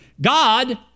God